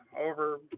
over